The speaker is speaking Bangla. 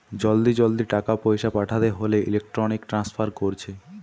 জলদি জলদি টাকা পয়সা পাঠাতে হোলে ইলেক্ট্রনিক ট্রান্সফার কোরছে